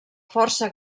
força